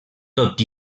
tot